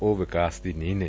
ਉਹ ਵਿਕਾਸ ਦੀ ਨੀਂਹ ਨੇ